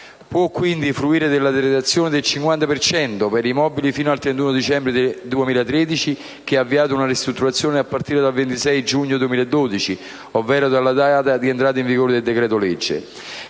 Può, quindi, fruire della detrazione del 50 per cento per i mobili, fino al 31 dicembre 2013, chi ha avviato una ristrutturazione a partire dal 26 giugno 2012, ovvero dalla data di entrata in vigore del decreto-legge